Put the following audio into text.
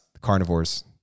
carnivores